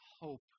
hope